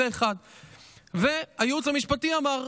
זה, 1. הייעוץ המשפטי אמר: